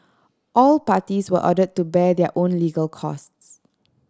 all parties were ordered to bear their own legal costs